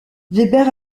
weber